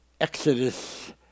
Exodus